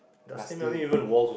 dusty